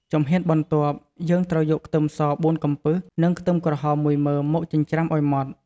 ជំហានបន្ទាប់ យើងត្រូវយកខ្ទឹមស៤កំពឹស និងខ្ទឹមក្រហម ១មើមមកចិញ្រ្ចាំឲ្យម៉ដ្ឋ។